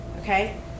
okay